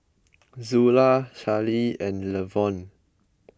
Zula Charley and Levon